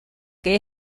que